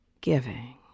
giving